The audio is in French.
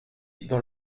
dans